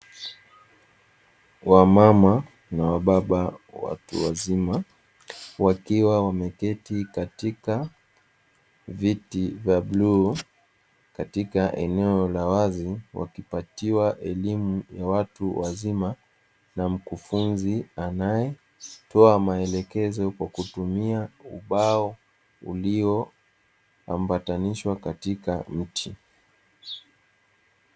Wamama na wababa watu wazima wakiwa wameketi katika viti vya bluu katika eneo la wazi, wakipatiwa elimu ya watu wazima na mkufunzi anayetoa maelekezo kwa kutumia ubao ulioambatanishwa katika mti.